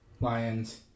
lions